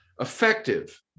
effective